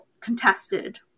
contested